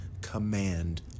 command